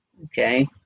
Okay